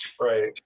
right